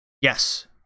Yes